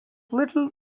little